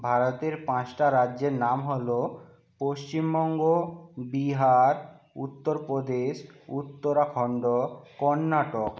ভারতের পাঁচটা রাজ্যের নাম হল পশ্চিমবঙ্গ বিহার উত্তরপ্রদেশ উত্তরাখণ্ড কর্ণাটক